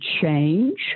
change